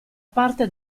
parte